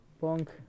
punk